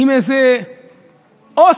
עם איזה אוסף